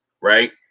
right